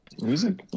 music